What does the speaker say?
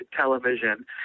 television